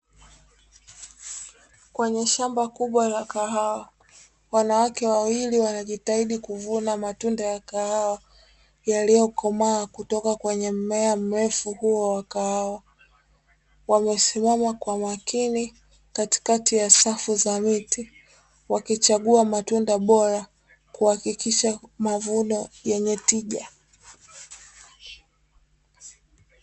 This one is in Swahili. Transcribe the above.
Kwenye shamba kubwa la kahawa wanawake wawili wanajitahidi kuvuna matunda ya kahawa yaliyokomaa kutoka kwenye mmea mrefu huo wa kahawa. Wamesimama kwa makini katikati ya safu za miti wakichagua matunda bora kuhakikisha mavuno yenye tija.